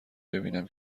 ببینم